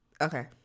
Okay